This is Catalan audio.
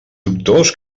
doctors